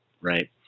Right